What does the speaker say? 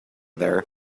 there